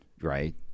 right